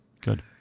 Good